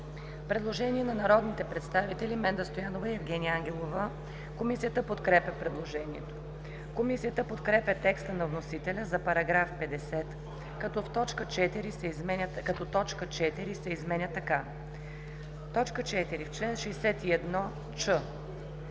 предложение на народните представители Менда Стоянова и Евгения Ангелова. Комисията подкрепя предложението. Комисията подкрепя текста на вносителя за § 50, като т. 4 се изменя така: „4. В чл. 61ч: